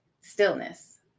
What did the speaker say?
stillness